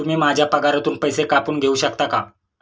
तुम्ही माझ्या पगारातून पैसे कापून घेऊ शकता का?